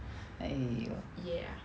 !aiyo!